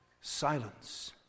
Silence